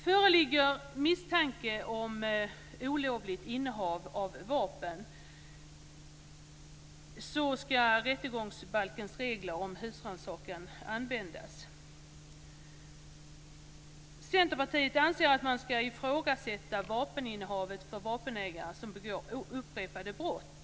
Föreligger misstanke om olovligt innehav av vapen, ska rättegångsbalkens regler om husrannsakan användas. Centerpartiet anser att man ska ifrågasätta vapeninnehavet för vapenägare som begår upprepade brott.